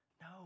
no